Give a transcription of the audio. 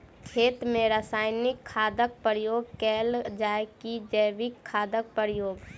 खेत मे रासायनिक खादक प्रयोग कैल जाय की जैविक खादक प्रयोग?